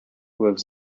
lives